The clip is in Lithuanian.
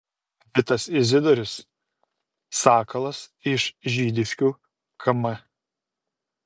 vitas izidorius sakalas iš žydiškių km